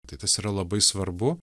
tai tas yra labai svarbu